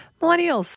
millennials